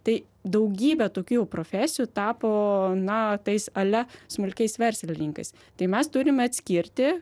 tai daugybė tokių jau profesijų tapo na tais ale smulkiais verslininkais tai mes turim atskirti